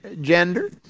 gender